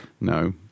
no